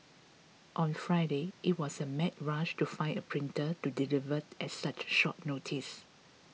on Friday it was a mad rush to find a printer to deliver at such short notice